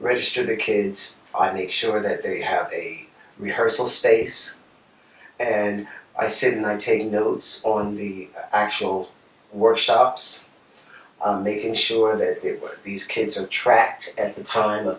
register the kids i made sure that they have a rehearsal space and i said and i'm taking notes on the actual workshops making sure that these kids are tracked at the time of